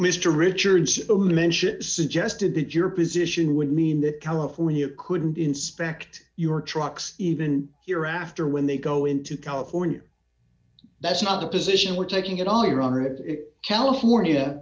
mr richardson suggested that your position would mean that california couldn't inspect your trucks even here after when they go into california that's not a position we're taking it all around her california